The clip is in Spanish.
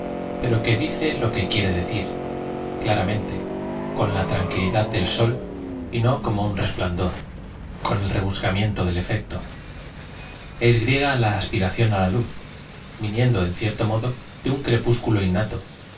pero que dice lo que quiere de cir claramente con la tranquilidad del sol y no como el resplandor con el rebuscamiento del efecto es grie g a la aspiración á la luz viniendo en cierto modo de un crepúsculo lunato